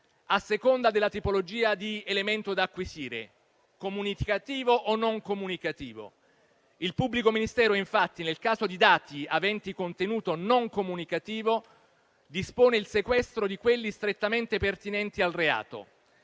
a seconda della tipologia di elemento da acquisire (comunicativo o non comunicativo). Il pubblico ministero infatti, nel caso di dati aventi contenuto non comunicativo, dispone il sequestro di quelli strettamente pertinenti al reato.